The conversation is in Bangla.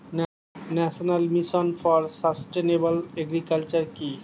National mission for sustainable agriculture কি?